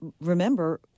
remember